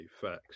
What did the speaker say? facts